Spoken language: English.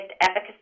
efficacy